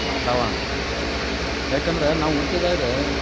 ವಾತಾವರಣ ಯಾಕಂದ್ರೆ ನಾವು ಹುಟ್ಟಿದಾಗ